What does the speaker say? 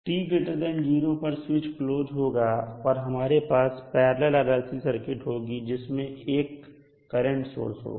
t0 पर switch close होगा और हमारे पास पैरलल RLC सर्किट होगी जिसमें एक करंट सोर्स होगा